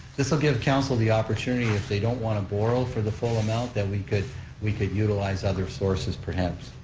this will give council the opportunity if they don't want to borrow for the full amount that we could we could utilize other sources perhaps.